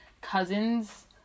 cousins